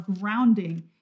grounding